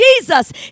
Jesus